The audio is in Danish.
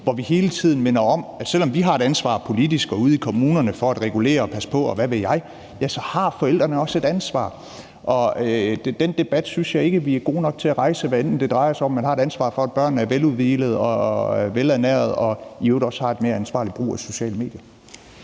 hvor vi hele tiden minder om, at selv om vi har et ansvar politisk og ude i kommunerne for at regulere og passe på, og hvad ved jeg, har forældrene også et ansvar. Og den debat synes jeg ikke at vi er gode nok til at rejse, hvad enten det drejer sig om, at man har et ansvar for, at børnene er veludhvilede og velernærede og i øvrigt også har et mere ansvarligt brug af sociale medier.